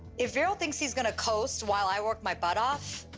if veeral thinks he's gonna coast while i work my butt off,